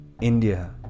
India